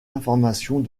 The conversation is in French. informations